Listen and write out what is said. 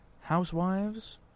housewives